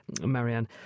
Marianne